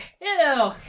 Ew